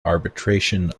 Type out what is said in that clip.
arbitration